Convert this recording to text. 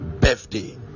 birthday